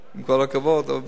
עם כל הכבוד, אבל בסדר.